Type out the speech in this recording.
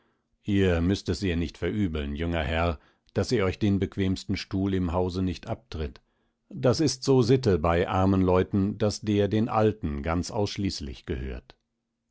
ihr müßt es ihr nicht verübeln junger herr daß sie euch den bequemsten stuhl im hause nicht abtritt das ist so sitte bei armen leuten daß der den alten ganz ausschließlich gehört